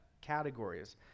categories